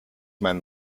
meinen